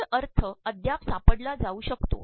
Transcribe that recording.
मूळ अर्य अद्याप सापडला जाऊ शकतो